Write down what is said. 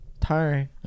tiring